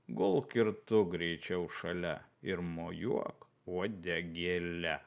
gulk ir tu greičiau šalia ir mojuok uodegėle